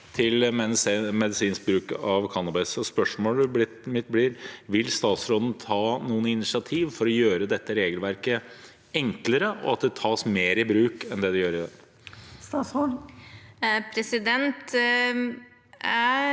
til medisinsk bruk av cannabis. Spørsmålet mitt blir: Vil statsråden ta noen initiativ for å gjøre dette regelverket enklere, slik at det tas mer i bruk enn det som er